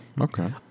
Okay